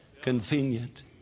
convenient